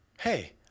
Hey